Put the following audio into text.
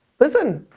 listen,